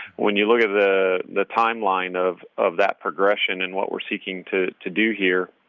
when you look at the the timeline of of that progression and what we're seeking to to do here,